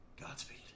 Godspeed